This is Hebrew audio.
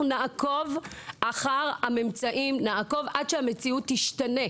אנחנו נעקוב אחרי הממצאים עד שהמציאות תשתנה.